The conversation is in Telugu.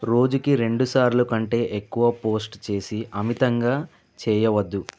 రోజుకి రెండుసార్లు కంటే ఎక్కువ పోస్ట్ చేసి అమితంగా చేయవద్దు